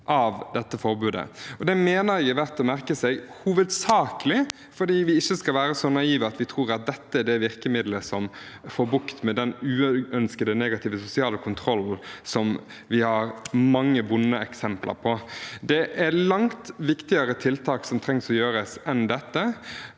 seg, hovedsakelig fordi vi ikke skal være så naive at vi tror at dette er det virkemiddelet som får bukt med den uønskede negative sosiale kontrollen som vi har mange vonde eksempler på. Det er langt viktigere tiltak enn dette som trengs å gjøres, bl.a.